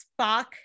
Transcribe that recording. Spock